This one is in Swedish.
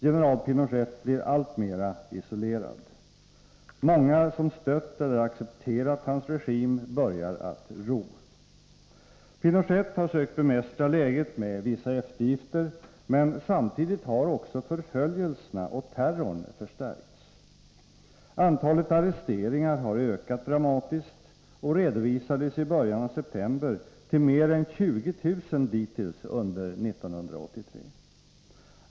General Pinochet blir alltmera isolerad. Många som stött eller accepterat hans regim börjar att ro bort. Pinochet har sökt bemästra läget med vissa eftergifter, men samtidigt har också förföljelserna och terrorn förstärkts. Antalet arresteringar har ökat dramatiskt och redovisades i början av september till mer än 20 000 dittills under 1983.